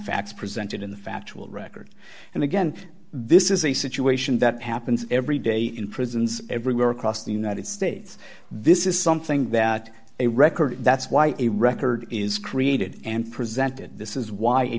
facts presented in the factual record and again this is a situation that happens every day in prisons everywhere across the united states this is something that a record that's why a record is created and presented this is why a